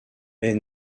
est